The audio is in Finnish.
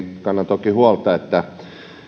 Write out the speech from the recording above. kannan toki huolta että